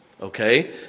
Okay